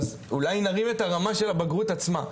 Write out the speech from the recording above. אז אולי נרים את הרמה של הבגרות עצמה.